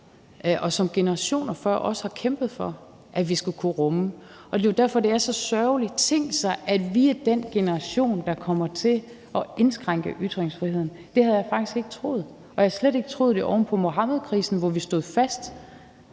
og som generationer før os har kæmpet for. Det er jo derfor, det er så sørgeligt. Tænk sig, at vi er den generation, der kommer til at indskrænke ytringsfriheden. Det havde jeg faktisk ikke troet, og jeg havde slet ikke troet det oven på Muhammedkrisen, hvor vi stod fast,